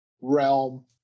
realm